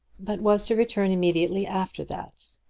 but was to return immediately after that.